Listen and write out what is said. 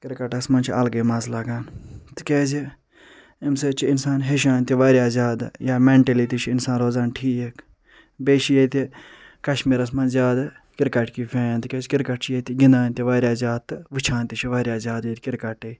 کرکٹس منٛز چھُ الگۓ مزٕ لگان تِکیٚازِ امہِ سۭتۍ چھُ اِنسان ہیچھان تہِ واریاہ زیادٕ یا مینٹلی تہِ چھُ انسان روزان ٹھیٖک بییٚہٕ چھُ یتہِ کشمیٖرس منٛز زیادٕ کرکٹکی فین تِکیٚازِ کرکٹ چھُ یتہِ گندان تہِ واریاہ زیادٕ تہٕ وچھان تہِ چھِ واریاہ زیادٕ یتہِ کرکٹٔی